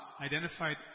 identified